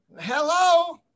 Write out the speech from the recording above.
Hello